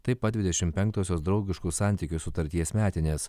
taip pat dvidešimt penktosios draugiškų santykių sutarties metinės